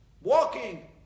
walking